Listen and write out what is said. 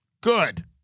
Good